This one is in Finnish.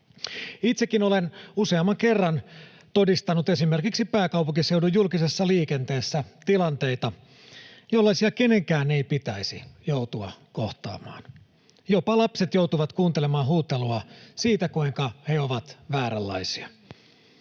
Itsekin olen useamman kerran todistanut esimerkiksi pääkaupunkiseudun julkisessa liikenteessä tilanteita, jollaisia kenenkään ei pitäisi joutua kohtaamaan. Jopa lapset joutuvat kuuntelemaan huutelua siitä, kuinka he ovat vääränlaisia.